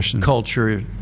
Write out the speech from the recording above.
culture